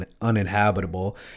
uninhabitable